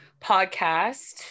podcast